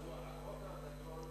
בחוק הגדול,